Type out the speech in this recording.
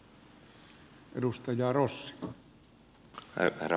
kiitoksia edustaja arhinmäki